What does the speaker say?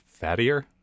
fattier